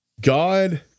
God